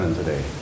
today